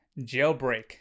Jailbreak